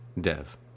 Dev